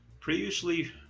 Previously